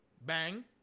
Bang